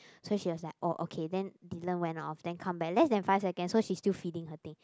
so she was like oh okay then Dylan went off then come back less than five seconds so she still feeding her thing